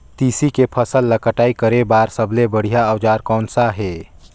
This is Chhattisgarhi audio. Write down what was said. तेसी के फसल ला कटाई करे बार सबले बढ़िया औजार कोन सा हे?